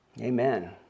Amen